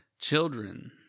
Children